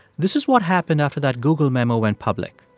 this is what happened after that google memo went public.